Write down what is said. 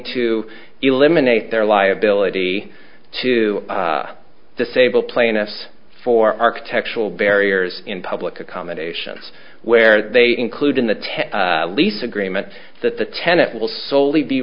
to eliminate their liability to disable plaintiffs for architectural barriers in public accommodations where they include in the to lease agreement that the tenet will slowly be